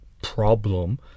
Problem